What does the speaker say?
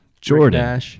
Jordan